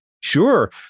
Sure